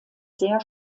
sehr